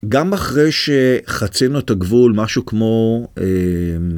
גם אחרי שחצינו את הגבול, משהו כמו...